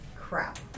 Crap